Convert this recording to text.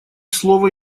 слово